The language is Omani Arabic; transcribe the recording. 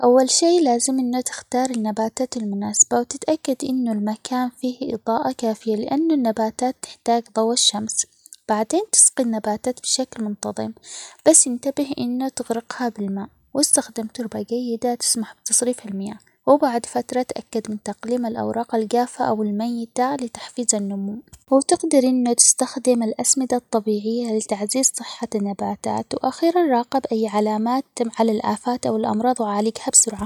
أول شيء لازم إنه تختار النباتات المناسبة وتتأكد إنه المكان فيه إضاءة كافية؛ لأن النباتات تحتاج ضوء الشمس بعدين تسقي النباتات بشكل منتظم، بس انتبه إنه تغرقها بالماء ،واستخدم تربة جيدة تسمح بتصريف المياه، وبعد فترة تأكد من تقليم الأوراق الجافة او الميتة؛ لتحفيز النمو وتقدر إنه تستخدم الأسمدة الطبيعية لتعزيز صحة النباتات وأخيرا راقب أي علامات على الآفات أو الأمراض وعالجها بسرعة.